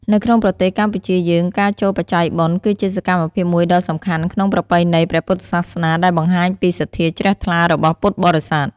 នៅក្នុងប្រទេសកម្ពុជាយើងការចូលបច្ច័យបុណ្យ គឺជាសកម្មភាពមួយដ៏សំខាន់ក្នុងប្រពៃណីព្រះពុទ្ធសាសនា ដែលបង្ហាញពីសទ្ធាជ្រះថ្លារបស់ពុទ្ធបរិស័ទ។